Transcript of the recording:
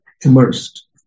immersed